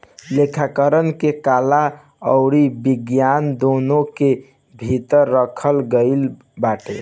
लेखाकरण के कला अउरी विज्ञान दूनो के भीतर रखल गईल बाटे